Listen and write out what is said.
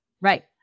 Right